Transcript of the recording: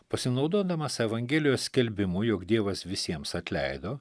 pasinaudodamas evangelijos skelbimu jog dievas visiems atleido